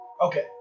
okay